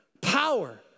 Power